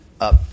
up